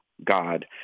God